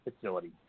facility